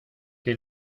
que